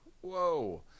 whoa